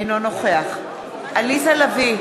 אינו נוכח עליזה לביא,